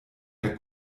der